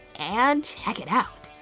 and check it out.